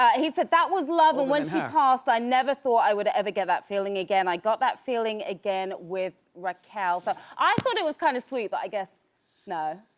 he said that was love and when she passed, i never thought i would ever get that feeling again. i got that feeling again with raquel, but i thought it was kind of sweet, but i guess no.